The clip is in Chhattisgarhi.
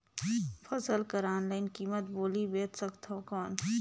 फसल कर ऑनलाइन कीमत बोली बेच सकथव कौन?